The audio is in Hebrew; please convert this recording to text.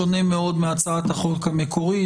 שונה מאוד מהצעת החוק המקורית,